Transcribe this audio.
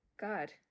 God